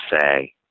say